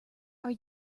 are